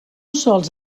sols